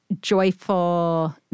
joyful